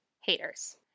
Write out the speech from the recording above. haters